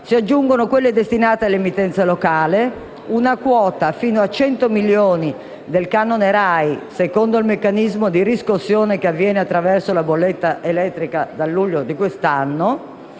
all'editoria, quelle destinate all'emittenza locale e una quota, sino a 100 milioni, del canone RAI (secondo il meccanismo di riscossione che avviene attraverso la bolletta elettrica dal luglio di quest'anno,